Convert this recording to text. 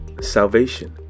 salvation